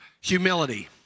humility